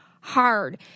hard